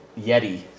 Yeti